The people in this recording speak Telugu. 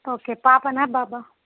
ఓకే పాపా బాబా